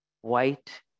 White